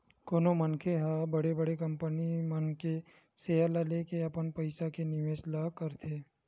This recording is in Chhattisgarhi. कोनो मनखे मन ह बड़े बड़े कंपनी मन के सेयर ल लेके अपन पइसा के निवेस ल करथे